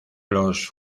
los